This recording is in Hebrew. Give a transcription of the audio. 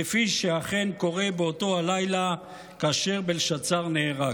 כפי שאכן קורה באותו הלילה כאשר בלשאצר נהרג.